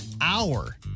hour